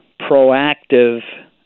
proactive